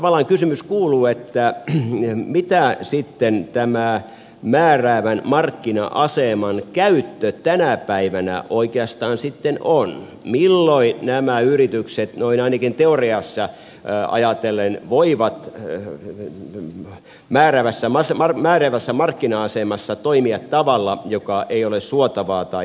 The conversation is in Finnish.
tavallaan kysymys kuuluu että mitä tämä määräävän markkina aseman käyttö tänä päivänä oikeastaan sitten on milloin nämä yritykset noin ainakin teoriassa ajatellen voivat määräävässä markkina asemassa toimia tavalla joka ei ole suotavaa tai hyväksyttävää